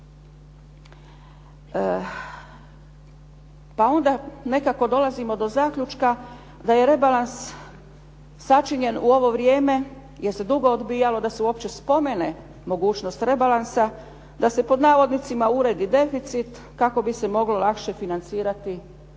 Pa onda nekako dolazimo do zaključka da je rebalans sačinjen u ovo vrijeme jer se dugo odbijalo da se uopće spomene mogućnost rebalansa, da se "uredi deficit" kako bi se moglo lakše financirati nedostatak